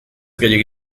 gehiegi